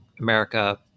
America